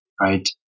right